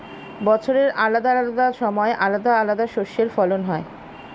বছরের আলাদা আলাদা সময় আলাদা আলাদা শস্যের ফলন হয়